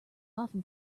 often